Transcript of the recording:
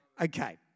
Okay